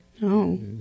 No